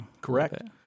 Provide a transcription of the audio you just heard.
Correct